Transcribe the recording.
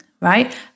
right